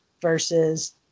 versus